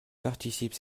participent